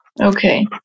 Okay